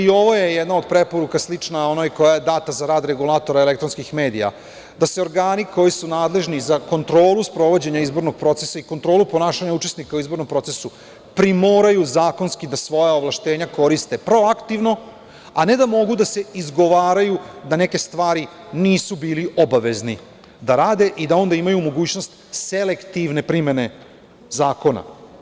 Ovo je jedna od preporuka, a slična onoj koja je data za rad regulatora elektronskih medija da se organi koji su nadležni za kontrolu sprovođenja izbornog procesa i kontrolu ponašanja učesnika u izbornom procesu primoraju zakonski da svoja ovlašćenja koriste proaktivno, a ne da mogu da se izgovaraju da neke stvari nisu bili obavezni da rade i da onda imaju mogućnost selektivne primene zakona.